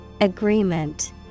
Agreement